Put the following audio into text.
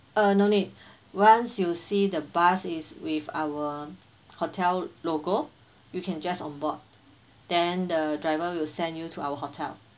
uh no need once you see the bus is with our hotel logo you can just on board then the driver will send you to our hotel